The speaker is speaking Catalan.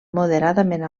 moderadament